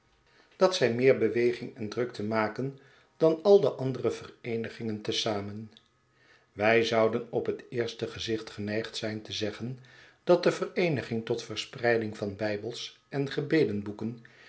en drukte maken dan ai de andere vereenigingen te zamen wij zouden op het eerste gezicht geneigd zijn te zeggen dat de vereeniging tot verspreiding van bijbels en